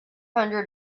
hundred